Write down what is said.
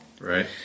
Right